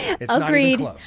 Agreed